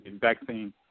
vaccine